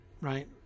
right